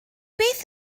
beth